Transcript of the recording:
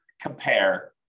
compare